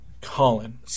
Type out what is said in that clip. Colin